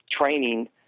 training